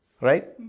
Right